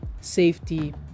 safety